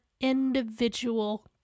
individual